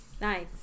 Nice